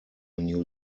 new